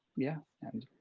yeah, and,